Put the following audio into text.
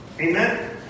Amen